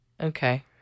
Okay